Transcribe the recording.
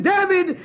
David